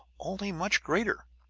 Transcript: only much greater.